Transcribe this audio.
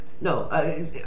no